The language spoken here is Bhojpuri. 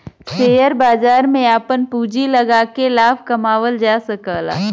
शेयर बाजार में आपन पूँजी लगाके लाभ कमावल जा सकला